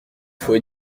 faut